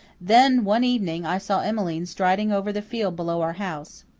then, one evening, i saw emmeline striding over the field below our house.